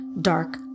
dark